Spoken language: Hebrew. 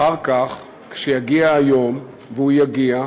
אחר כך, כשיגיע היום, והוא יגיע,